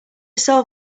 solve